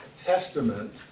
Testament